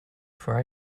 for